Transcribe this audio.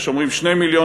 יש אומרים 2 מיליון,